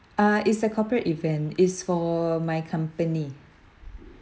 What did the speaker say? uh is a corporate event it's for my company